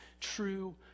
true